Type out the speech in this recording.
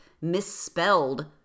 misspelled